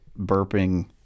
burping